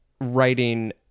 writing